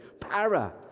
Para